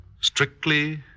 Strictly